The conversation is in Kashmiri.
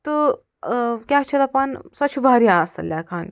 تہٕ کیٛاہ چھِ اَتھ دَپان سۄ چھِ وارِیاہ اصٕل لٮ۪کھان